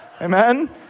Amen